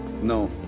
No